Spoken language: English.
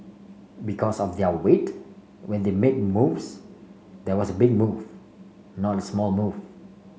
because of their weight when they make moves there was a big move not a small move